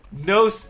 No